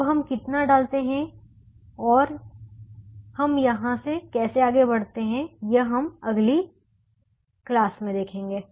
अब हम कितना डालते हैं और हम यहाँ से कैसे आगे बढ़ते हैं यह अब हम अगली क्लास में देखेंगे